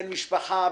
בן משפחה,